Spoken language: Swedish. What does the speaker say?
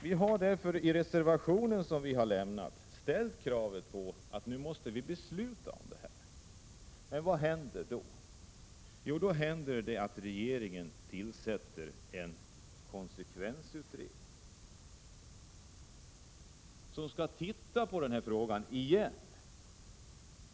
Vpk har därför i en reservation ställt kravet att riksdagen nu måste besluta i frågan. Men vad händer då? Jo, då tillsätter regeringen en konsekvensutredning, som skall se på frågan igen.